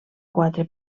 quatre